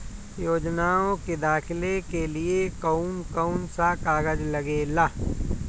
योजनाओ के दाखिले के लिए कौउन कौउन सा कागज लगेला?